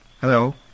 Hello